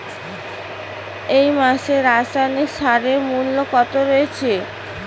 এই মাসে রাসায়নিক সারের মূল্য কত রয়েছে?